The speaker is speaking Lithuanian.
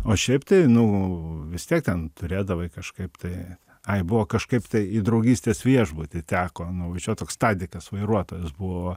o šiaip tai nu vis tiek ten turėdavai kažkaip tai ai buvo kažkaip tai į draugystės viešbutį teko nuvažiuot toks tadikas vairuotojas buvo